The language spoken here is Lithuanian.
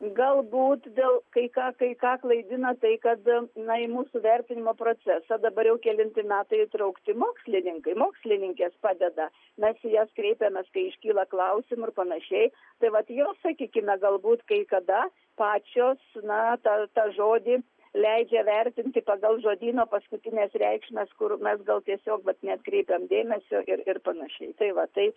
galbūt dėl kai ką kai ką klaidina tai kad na į mūsų vertinimo procesą dabar jau kelinti metai įtraukti mokslininkai mokslininkės padeda mes į jas kreipiamės kai iškyla klausimų ir panašiai tai vat jos sakykime galbūt kai kada pačios na tą tą žodį leidžia vertinti pagal žodyno paskutines reikšmes kur mes gal tiesiog vat neatkreipiam dėmesio ir ir panašiai tai va taip